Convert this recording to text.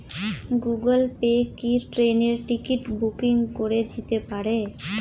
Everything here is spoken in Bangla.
গুগল পে কি ট্রেনের টিকিট বুকিং করে দিতে পারে?